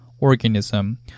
organism